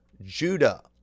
Judah